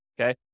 okay